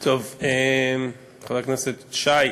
1 4. חבר הכנסת שי,